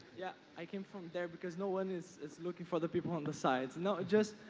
yeah, i came from there because no one is is looking for the people on the sides and not just,